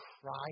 cry